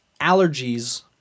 allergies